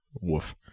woof